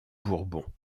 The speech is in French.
bourbons